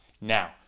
now